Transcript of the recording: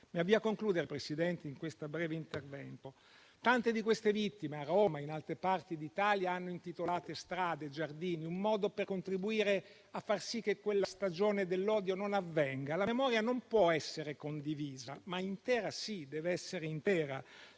mi avvio a concludere questo mio breve intervento. Tante di quelle vittime, a Roma e in altre parti d'Italia, hanno visto intitolarsi strade o giardini. È un modo per contribuire a far sì che quella stagione dell'odio non ritorni. La memoria non può essere condivisa, ma dev'essere intera